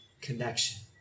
connection